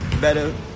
better